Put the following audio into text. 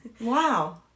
Wow